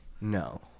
No